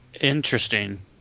Interesting